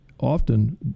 often